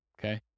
okay